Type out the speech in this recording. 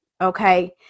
Okay